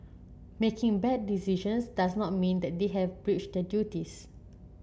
making bad decisions does not mean that they have breached their duties